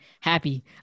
Happy